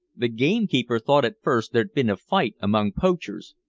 the gamekeeper thought at first there'd been a fight among poachers,